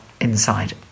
inside